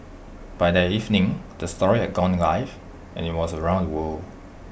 by that evening the story had gone live and IT was around the world